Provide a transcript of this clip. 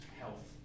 health